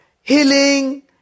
healing